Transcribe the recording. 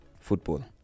football